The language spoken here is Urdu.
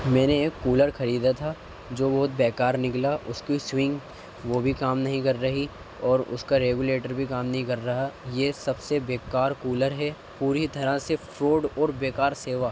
میں نے ایک کولر خریدا تھا جو بہت بےکار نکلا اس کی سوئنگ وہ بھی کام نہیں کر رہی اور اس کا ریگولیٹر بھی کام نہیں کر رہا یہ سب سے بےکار کولر ہے پوری طرح سے فراڈ اور بےکار سیوا